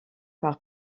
par